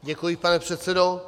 Děkuji, pane předsedo.